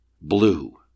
blue